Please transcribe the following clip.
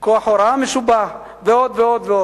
כוח הוראה משובח ועוד ועוד.